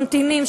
ממתינים,